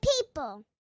people